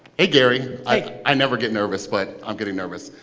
hey gary, i i never get nervous, but i'm getting nervous,